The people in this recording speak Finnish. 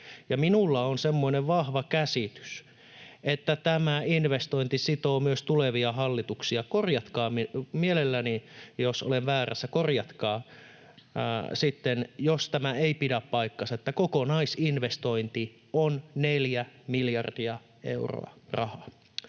Minulla on semmoinen vahva käsitys, että tämä investointi sitoo myös tulevia hallituksia. Jos olen väärässä, korjatkaa sitten, jos tämä ei pidä paikkaansa, että kokonaisinvestointi on 4 miljardia euroa rahaa.